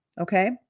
Okay